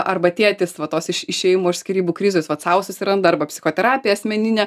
arba tėtis va tos iš išėjimo iš skyrybų krizės vat sau susiranda arba psichoterapiją asmeninę